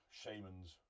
shamans